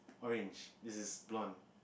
orange this is blonde